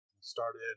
started